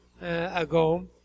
ago